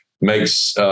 makes